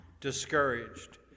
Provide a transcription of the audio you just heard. discouraged